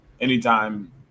Anytime